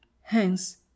Hence